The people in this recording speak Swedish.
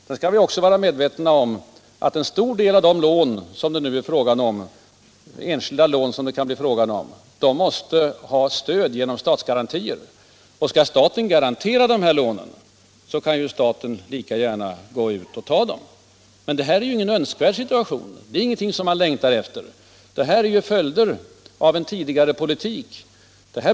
Vi skall också vara medvetna om att en stor del av de enskilda lån som det kan bli fråga om måste stödjas genom statsgarantier. Skall staten garantera dessa lån, så kan ju staten lika gärna låna själv. Det här är ingen önskvärd situation, ingenting man längtar efter. Det är följder av en tidigare politik.